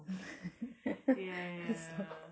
the song